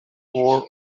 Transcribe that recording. four